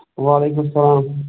وعلیکُم سَلام